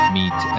meet